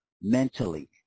mentally